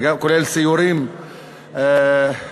כולל סיורים בשטח,